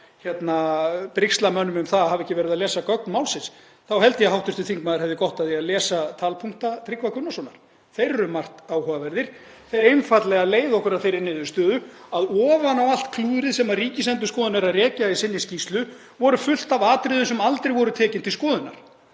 er að brigsla mönnum um að þeir hafi ekki verið að lesa gögn málsins þá held ég að hv. þingmaður hefði gott af því að lesa talpunkta Tryggva Gunnarssonar. Þeir eru um margt áhugaverðir, þeir einfaldlega leiða okkur að þeirri niðurstöðu að ofan á allt klúðrið sem Ríkisendurskoðun er að rekja í sinni skýrslu var fullt af atriðum sem aldrei voru tekin til skoðunar.